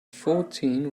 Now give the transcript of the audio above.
fourteen